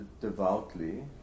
devoutly